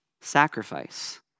sacrifice